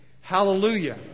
Hallelujah